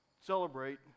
celebrate